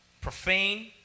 profane